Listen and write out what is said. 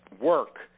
work